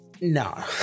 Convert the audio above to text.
no